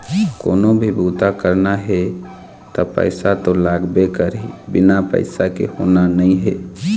कोनो भी बूता करना हे त पइसा तो लागबे करही, बिना पइसा के होना नइ हे